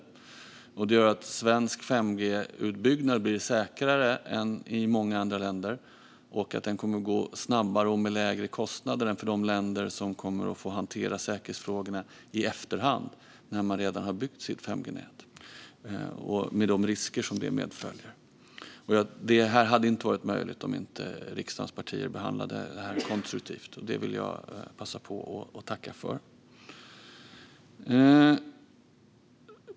Detta innebär att svensk 5G-utbyggnad blir säkrare än i många andra länder och att den kommer att gå snabbare och med lägre kostnad än för de länder som kommer att få hantera säkerhetsfrågorna i efterhand när de redan har byggt sina 5G-nät och med de risker som medföljer. Det här hade inte varit möjligt om inte riksdagens partier hade behandlat frågorna konstruktivt. Det vill jag passa på att tacka för.